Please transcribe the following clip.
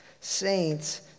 saints